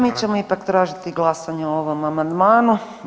Mi ćemo ipak tražiti glasanje o ovom amandmanu.